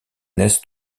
naissent